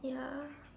ya